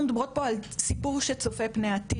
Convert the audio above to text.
אנחנו מדברות פה על סיפור שצופה את פני העתיד.